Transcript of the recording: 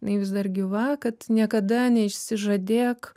jinai vis dar gyva kad niekada neišsižadėk